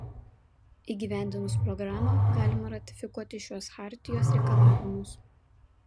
įgyvendinus programą galima ratifikuoti šiuos chartijos reikalavimus